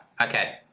okay